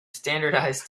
standardized